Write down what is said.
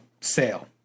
sale